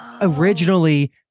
originally